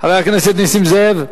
הכנסת נסים זאב,